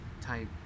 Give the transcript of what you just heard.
type